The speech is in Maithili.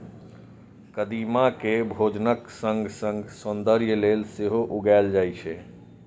कदीमा कें भोजनक संग संग सौंदर्य लेल सेहो उगायल जाए छै